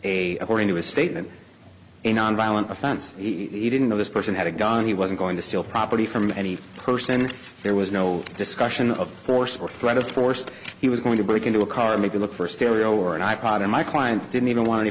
a according to his statement a nonviolent offense he didn't know this person had a gun he wasn't going to steal property from any person there was no discussion of force or threat of force he was going to break into a car make it look for a stereo or an i pod in my client didn't even want any